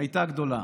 הייתה גדולה.